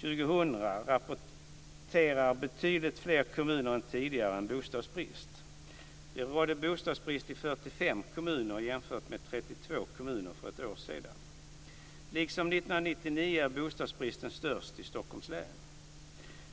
2000 rapporterar betydligt fler kommuner än tidigare en bostadsbrist. Det rådde bostadsbrist i 45 kommuner jämfört med 32 kommuner för ett år sedan. Liksom 1999 är bostadsbristen störst i Stockholms län.